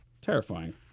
Terrifying